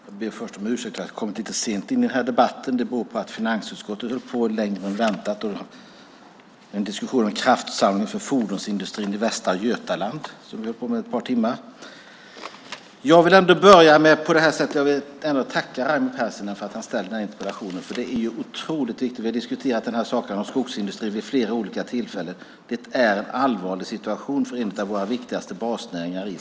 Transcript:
Fru talman! Jag ber om ursäkt för att jag kommer lite sent in i den här debatten. Det beror på att finansutskottet höll på längre än väntat. Det var en diskussion om kraftsamling för fordonsindustrin i Västra Götaland som höll på ett par timmar. Jag vill börja med att tacka Raimo Pärssinen för att han har ställt den här interpellationen, för det är en otroligt viktig fråga. Vi har diskuterat skogsindustrin vid flera olika tillfällen. Det är en allvarlig situation för en av Sveriges viktigaste basnäringar.